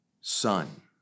son